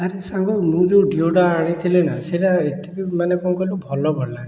ଆରେ ସାଙ୍ଗ ମୁଁ ଯେଉଁ ଡିଓଟା ଆଣିଥିଲି ନା ସେଇଟା ଏତେ ବି ମାନେ କ'ଣ କହିଲୁ ଭଲ ପଡ଼ିଲାନି